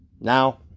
Now